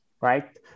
right